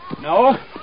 No